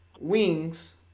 Wings –